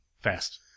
Fast